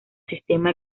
sistema